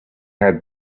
had